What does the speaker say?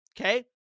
okay